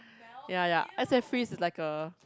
ya ya ice and freeze is like a